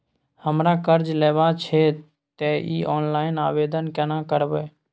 हमरा कर्ज लेबा छै त इ ऑनलाइन आवेदन केना करबै?